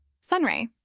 Sunray